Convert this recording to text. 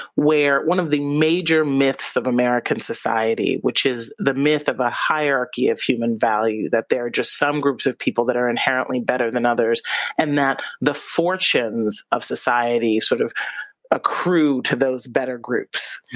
where one of the major myths of american society, which is the myth of a hierarchy of human value, that there are just some groups of people that are inherently better than others and that the fortunes of society sort of accrue to those better groups.